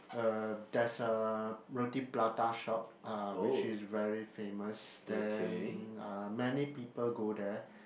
uh there's a Roti-Prata shop uh which is very famous then uh many people go there